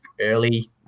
early